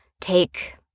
take